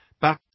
But